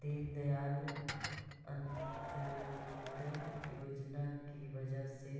दीनदयाल अंत्योदय योजना की वजह से